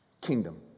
Kingdom